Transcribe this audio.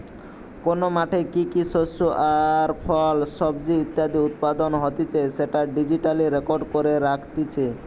কোন মাঠে কি কি শস্য আর ফল, সবজি ইত্যাদি উৎপাদন হতিছে সেটা ডিজিটালি রেকর্ড করে রাখতিছে